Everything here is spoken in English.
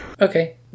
Okay